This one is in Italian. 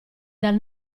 dal